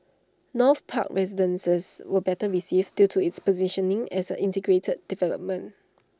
north park residences were better received due to its positioning as an integrated development